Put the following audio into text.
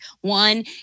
one